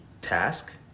task